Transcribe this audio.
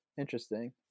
Interesting